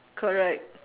correct